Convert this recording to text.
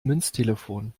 münztelefon